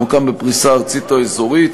המוקם בפריסה ארצית או אזורית,